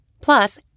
Plus